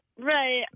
Right